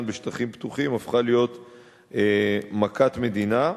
בשטחים פתוחים הפכה להיות מכת מדינה,